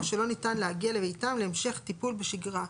שלא ניתן להגיע לביתם להמשך טיפול שבשגרה.